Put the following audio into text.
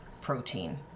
protein